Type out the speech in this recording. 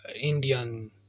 Indian